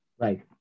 Right